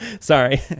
Sorry